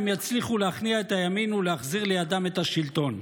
הם יצליחו להכניע את הימין ולהחזיר לידם את השלטון.